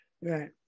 Right